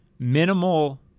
minimal